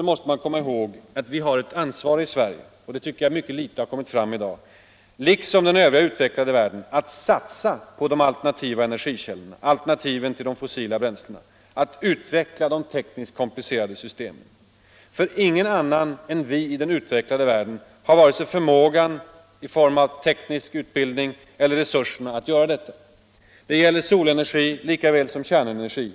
måste man komma ihåg att vi har ett ansvar i Sverige — och det tycker jag mycket litet har kommit fram i debatten i dag — liksom i den övriga utvecklade världen att satsa på de alternativa energikällorna, alternativ till de fossila bränslena, och att utveckla tekniskt komplicerade system. För ingen annan än vi i den utvecklade världen har vare sig förmågan i form av teknisk utbildning eller resurserna att göra det. Det gäller solenergi likaväl som kärnenergi.